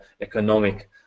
economic